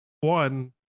One